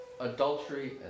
Adultery